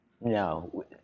No